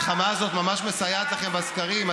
המלחמה הזאת ממש מסייעת לכם בסקרים.